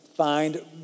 Find